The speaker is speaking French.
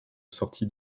sorties